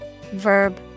Verb